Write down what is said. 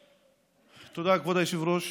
היושב-ראש.